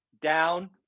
down